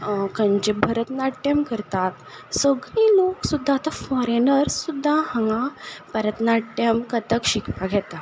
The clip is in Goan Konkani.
खंयचें भरतनाट्यम करतात सगलीं लोक सुद्दां आतां फोरेनर्स सुद्दां हांगा भरतनाट्यम कथक शिकपाक येता